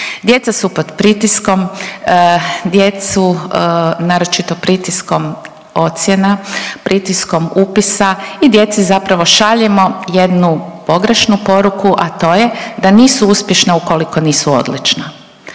Djeca su pod pritiskom, djecu naročito pritiskom ocjena, pritiskom upisa i djeci zapravo šaljemo jednu pogrešnu poruku, a to je da nisu uspješna ukoliko nisu odlična,